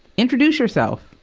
introduce yourself.